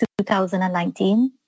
2019